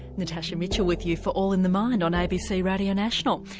natasha mitchell with you for all in the mind on abc radio national.